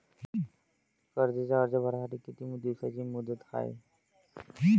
कर्जाचा अर्ज भरासाठी किती दिसाची मुदत हाय?